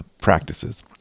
practices